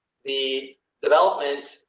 the development.